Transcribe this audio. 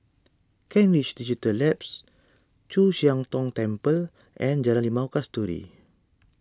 Kent Ridge Digital Labs Chu Siang Tong Temple and Jalan Limau Kasturi